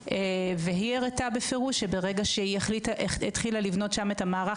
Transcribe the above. והיא הראתה בפירוש שברגע שהיא התחילה לבנות שם את המערך,